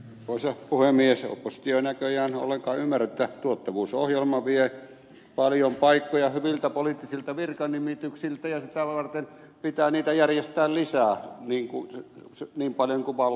oppositio ei näköjään ollenkaan ymmärrä että tuottavuusohjelma vie paljon paikkoja hyviltä poliittisilta virkanimityksiltä ja sitä varten pitää niitä järjestää lisää niin paljon kun vallassa on